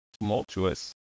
tumultuous